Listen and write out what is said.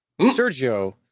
Sergio